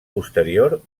posterior